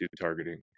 targeting